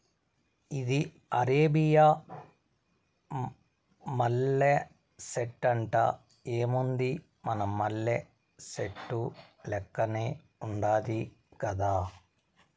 ఇది అరేబియా మల్లె సెట్టంట, ఏముంది మన మల్లె సెట్టు లెక్కనే ఉండాది గదా